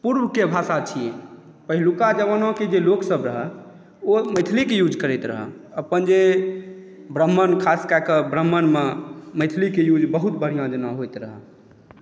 पूर्वके भाषा छियै पहिलुका जमानाके जे लोकसभ रहए ओ मैथिलीके यूज करैत रहए अपन जे ब्राम्हण खास कए कऽ ब्राम्हणमे मैथिलीके यूज बहुत बढ़िआँ जेना होइत रहए